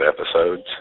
episodes